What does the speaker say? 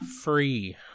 free